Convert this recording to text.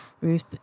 Ruth